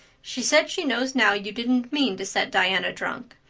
she says she knows now you didn't mean to set diana drunk,